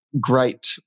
great